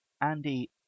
Andy